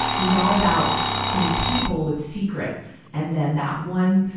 it was all about these people with secrets. and then that one,